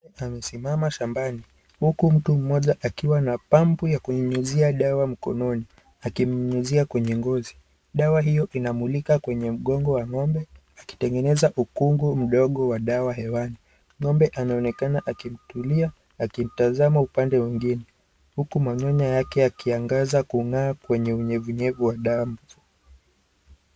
Amesimama shambani huku mtu mmoja akiwa na pampu ya kunyunyuzia dawa mkononi akunyunyuzia kwenye ngoizi, dawa hiyo inamulika kwenye mgongo wa ng'ombe akitengeneza ukungu mdogo wa dawa hewani.Ng'ombe anaonekana akimtulia akimtazama upande mwingine huku mamyonya yake yakiangaza kungaa kwenye unyevunyevu wa dawa.